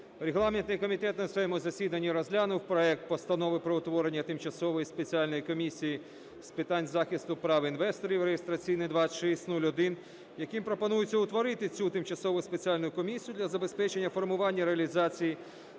Регламентний комітет на своєму засіданні розглянув проект Постанови про утворення Тимчасової спеціальної комісії з питань захисту прав інвесторів (реєстраційний номер 2601), яким пропонується утворити цю тимчасову спеціальну комісію для забезпечення формування реалізації